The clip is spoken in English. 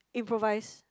improvise